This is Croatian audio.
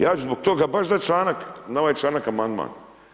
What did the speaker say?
Ja ću zbog toga baš dati članak, na ovaj članak amandman.